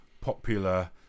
popular